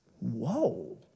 Whoa